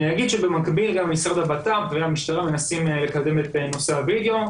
אני אגיד שבמקביל גם משרד הבט"פ והמשטרה מנסים לקדם את נושא הווידאו,